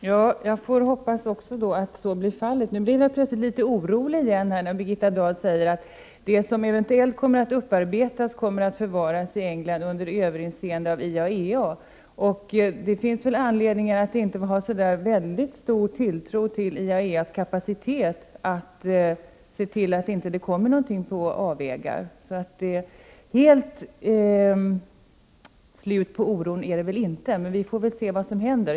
Herr talman! Jag hoppas också att så blir fallet. När Birgitta Dahl säger att det som eventuellt kommer att upparbetas skall förvaras i England under överinseende av IAEA, blir jag plötsligt litet orolig igen. Det finns nog anledning att inte ha så väldigt stor tilltro till IAEA:s kapacitet att se till att det inte kommer någonting på avvägar. Helt slut på oron är det väl inte. Vi får dock se vad som händer.